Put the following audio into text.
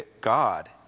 God